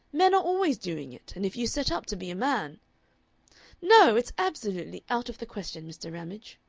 men are always doing it, and if you set up to be a man no, it's absolutely out of the question, mr. ramage.